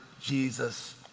Jesus